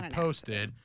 posted